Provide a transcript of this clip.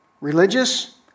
Religious